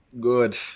Good